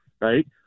right